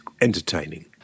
entertaining